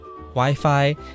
Wi-Fi